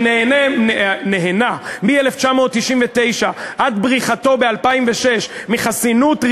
שנהנה מ-1999 עד בריחתו ב-2006 מחסינות,